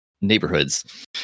neighborhoods